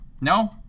No